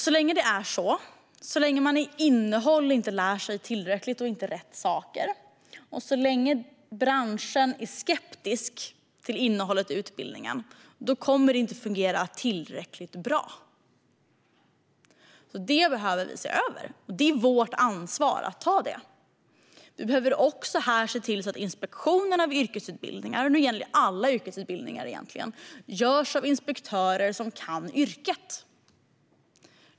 Så länge det är så och man i fråga om innehåll inte lär sig tillräckligt eller rätt saker och så länge branschen är skeptisk till innehållet i utbildningen kommer det inte att fungera tillräckligt bra. Detta behöver vi se över - det är vårt ansvar. Vi behöver också se till att inspektionerna av yrkesutbildningar - det gäller alla yrkesutbildningar - görs av inspektörer som kan yrket.